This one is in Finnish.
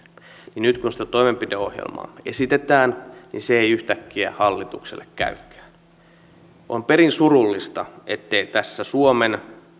niin nyt kun sitä toimenpideohjelmaa esitetään se ei yhtäkkiä hallitukselle käykään on perin surullista ettei tässä suomen